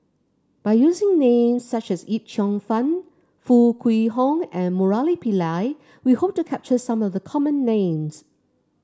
by using names such as Yip Cheong Fun Foo Kwee Horng and Murali Pillai we hope to capture some of the common names